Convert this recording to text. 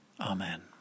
Amen